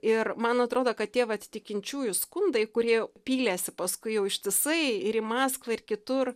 ir man atrodo kad tie vat tikinčiųjų skundai kurie jau pylėsi paskui jau ištisai ir į maskvą ir kitur